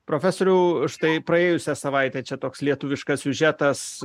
profesoriau štai praėjusią savaitę čia toks lietuviškas siužetas